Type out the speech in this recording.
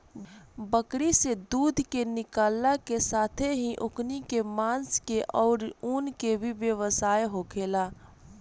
बकरी से दूध के निकालला के साथेही ओकनी के मांस के आउर ऊन के भी व्यवसाय होखेला